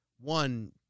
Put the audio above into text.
one